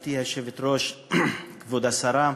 גברתי היושבת-ראש, כבוד השרה,